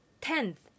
Tenth